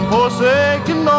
Forsaken